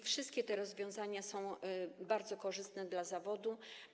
Wszystkie te rozwiązania są bardzo korzystne dla zawodu.